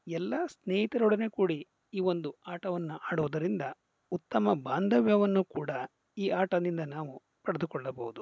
ಎಲ್ಲ ಸ್ನೇಹಿತರೊಡನೆ ಕೂಡಿ ಈ ಒಂದು ಆಟವನ್ನು ಆಡೋದರಿಂದ ಉತ್ತಮ ಬಾಂಧವ್ಯವನ್ನು ಕೂಡ ಈ ಆಟದಿಂದ ನಾವು ಪಡೆದುಕೊಳ್ಳಬೋದು